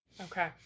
okay